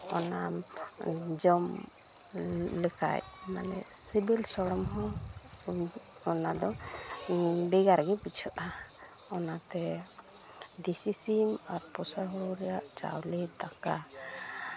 ᱚᱱᱟ ᱡᱚᱢ ᱞᱮᱠᱷᱟᱡ ᱢᱟᱱᱮ ᱥᱤᱵᱤᱞ ᱥᱚᱲᱚᱢ ᱦᱚᱸ ᱚᱱᱟᱫᱚ ᱵᱷᱮᱜᱟᱨ ᱜᱮ ᱵᱩᱡᱷᱟᱹᱜᱼᱟ ᱚᱱᱟᱛᱮ ᱫᱮᱥᱤ ᱥᱤᱢ ᱟᱨ ᱯᱳᱥᱟ ᱦᱩᱲᱩ ᱨᱮᱭᱟᱜ ᱪᱟᱣᱞᱮ ᱫᱟᱠᱟ